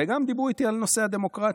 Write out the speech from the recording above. ודיברו איתי גם על נושא הדמוקרטיה.